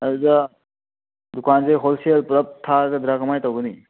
ꯑꯗꯨꯗ ꯗꯨꯀꯥꯟꯁꯦ ꯍꯣꯜꯁꯦꯜ ꯄꯨꯂꯞ ꯊꯥꯒꯗ꯭ꯔꯥ ꯀꯃꯥꯏꯅ ꯇꯧꯒꯅꯤ